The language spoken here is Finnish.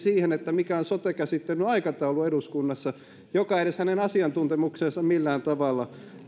siihen mikä on eduskunnassa sote käsittelyn aikataulu joka ei edes hänen asiantuntemukseensa millään tavalla liity